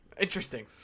Interesting